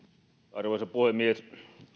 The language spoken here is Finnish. arvoisa puhemies